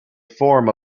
form